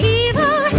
evil